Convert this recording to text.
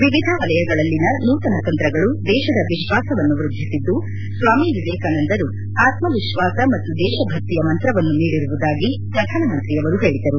ವಿವಿಧ ವಲಯಗಳಲ್ಲಿನ ನೂತನ ತಂತ್ರಗಳು ದೇಶದ ವಿಶ್ವಾಸವನ್ನು ವೃದ್ಧಿಸಿದ್ದು ಸ್ವಾಮಿ ವಿವೇಕಾನಂದರು ಆತ್ಮವಿಶ್ವಾಸ ಮತ್ತು ದೇಶಭಕ್ತಿಯ ಮಂತ್ರವನ್ನು ನೀಡಿರುವುದಾಗಿ ಪ್ರಧಾನಮಂತ್ರಿಯವರು ಹೇಳಿದರು